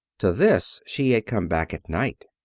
to this she had come back at night.